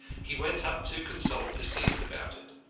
he went up to consult deceased about it.